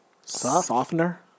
Softener